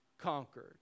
conquered